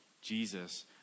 Jesus